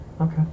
Okay